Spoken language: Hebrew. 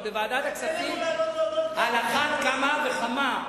אבל בוועדת הכספים על אחת כמה וכמה,